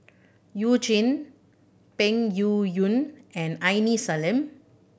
You Jin Peng Yuyun and Aini Salim